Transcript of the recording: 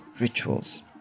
rituals